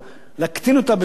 להקטין אותה בשליש,